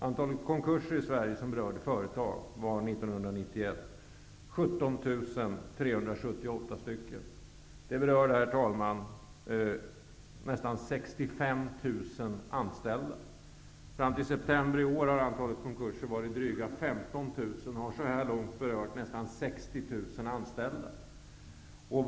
Antalet konkurser i Sverige som berörde företag var 17 378 anställda. Fram till september i år har antalet konkurser varit drygt 15 000. Så här långt har nästan 60 000 anställda berörts.